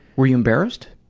were you embarrassed?